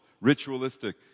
ritualistic